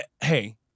Hey